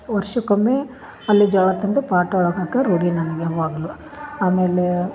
ವರ್ಷಕ್ಕೊಮ್ಮೆ ಅಲ್ಲಿ ಜ್ವಾಳ ತಂದು ಪಾಟ್ ಒಳಗ ಹಾಕರ ರೂಢಿ ನನ್ಗೆ ಯಾವಾಗಲು ಆಮೇಲೆ